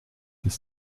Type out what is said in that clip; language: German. des